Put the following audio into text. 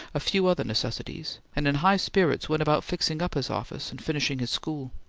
a few other necessities, and in high spirits, went about fixing up his office and finishing his school.